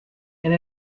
and